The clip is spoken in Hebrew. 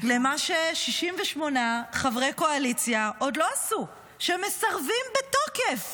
למה ש-68 חברי קואליציה עוד לא עשו, שמסרבים בתוקף